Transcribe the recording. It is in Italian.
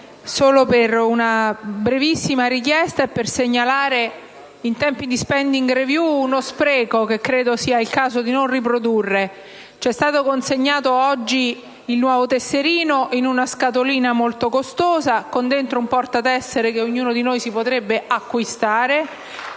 per una brevissima richiesta e per segnalare, in tempi di *spending review*, uno spreco che credo sia il caso di non riprodurre. Ci è stato consegnato oggi il nuovo tesserino in una scatolina molto costosa, con dentro un portatessera che ognuno di noi potrebbe acquistare,